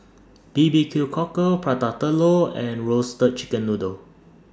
B B Q Cockle Prata Telur and Roasted Chicken Noodle